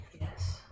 Yes